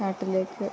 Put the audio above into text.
നാട്ടിലേക്ക്